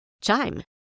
Chime